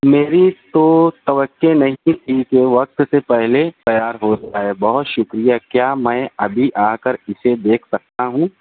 میری تو توقع نہیں تھی کہ وقت سے پہلے تیار ہوتا ہے بہت شکریہ کیا میں ابھی آ کر اسے دیکھ سکتا ہوں